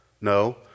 No